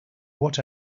what